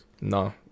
No